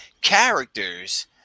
Characters